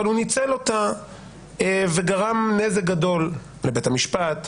הוא ניצל אותה וגרם נזק גדול לבית המשפט,